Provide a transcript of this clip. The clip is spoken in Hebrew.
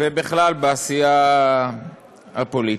ובכלל בעשייה הפוליטית.